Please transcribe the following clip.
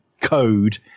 code